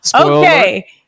Okay